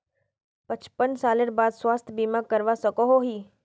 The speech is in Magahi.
पचपन सालेर बाद स्वास्थ्य बीमा करवा सकोहो ही?